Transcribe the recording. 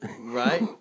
Right